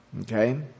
Okay